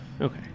Okay